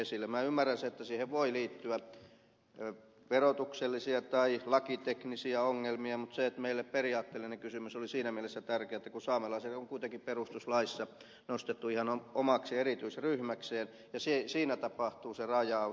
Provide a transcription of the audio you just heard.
minä ymmärrän sen että siihen voi liittyä verotuksellisia tai lakiteknisiä ongelmia mutta meille periaatteellinen kysymys oli siinä mielessä tärkeä että saamelaiset on kuitenkin perustuslaissa nostettu ihan omaksi erityisryhmäkseen ja siinä tapahtuu se rajaus